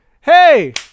Hey